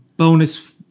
Bonus